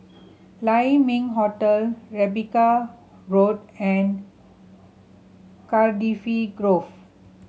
Lai Ming Hotel Rebecca Road and Cardifi Grove